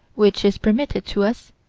which is permitted to us,